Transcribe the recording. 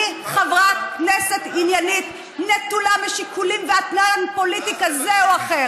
אני חברת כנסת עניינית נטולת שיקולים ואתנן פוליטי כזה או אחר.